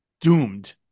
doomed